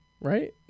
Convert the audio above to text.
Right